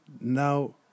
Now